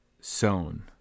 sown